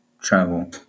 travel